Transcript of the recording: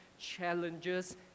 challenges